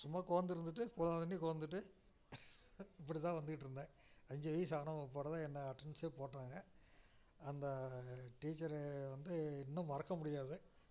சும்மா கோந்து இருந்துட்டு போன உடனே கோந்துட்டு இப்படித்தான் வந்துகிட்ருந்தேன் அஞ்சு வயது ஆன பிற்பாடுதான் என்ன அட்டனன்ஸே போட்டாங்கள் அந்த டீச்சர் வந்து இன்னும் மறக்க முடியாது